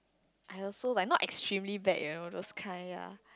I also like not extremely bad you know those kind ya